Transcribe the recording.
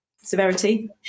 Severity